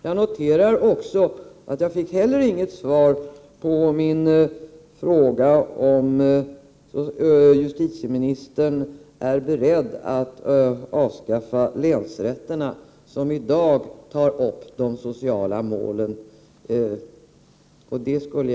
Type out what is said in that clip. Jag noterar att jag heller inte fick något svar på min fråga om justitieministern är beredd att avskaffa länsrätterna, vilka i dag tar upp de sociala målen till prövning.